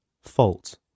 fault